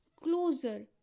closer